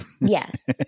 Yes